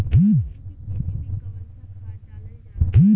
आलू के खेती में कवन सा खाद डालल जाला?